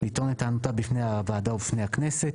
לטעון את טענותיו בפני הוועדה ובפני הכנסת,